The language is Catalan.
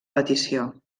petició